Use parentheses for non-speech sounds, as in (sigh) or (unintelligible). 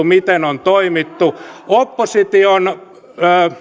(unintelligible) miten on toimittu opposition